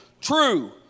True